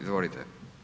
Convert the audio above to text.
Izvolite.